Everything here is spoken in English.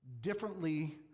differently